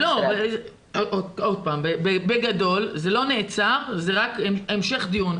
עוד פעם, בגדול זה לא נעצר, זה רק המשך דיון.